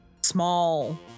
small